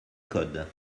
code